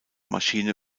maschine